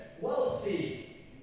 wealthy